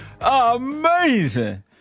amazing